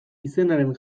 izenaren